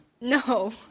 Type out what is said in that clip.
No